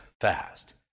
fast